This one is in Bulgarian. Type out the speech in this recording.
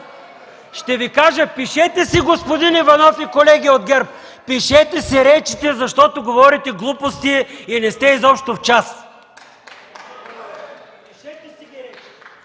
Ще Ви кажа: пишете си, господин Иванов и колеги от ГЕРБ! Пишете си речите, защото говорите глупости и не сте изобщо в час! (Единични